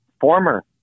former